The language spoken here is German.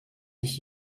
sich